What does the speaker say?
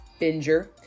binger